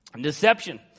Deception